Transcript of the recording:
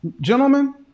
gentlemen